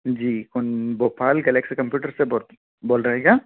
जी कौन भोपाल कलेक्स कंप्यूटर से बोल बोल रहें क्या